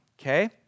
okay